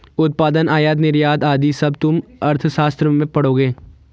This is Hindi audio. उत्पादन, आयात निर्यात आदि सब तुम अर्थशास्त्र में पढ़ोगे